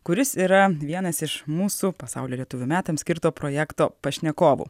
kuris yra vienas iš mūsų pasaulio lietuvių metams skirto projekto pašnekovų